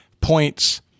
points